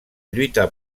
lluita